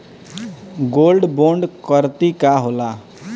Gold bond करतिं का होला?